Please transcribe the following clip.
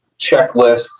checklists